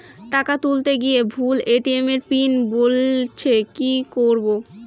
টাকা তুলতে গিয়ে ভুল এ.টি.এম পিন বলছে কি করবো?